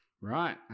Right